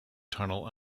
tunnel